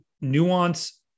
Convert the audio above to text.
nuance